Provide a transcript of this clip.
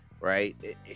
Right